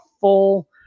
full